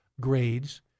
grades